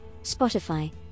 Spotify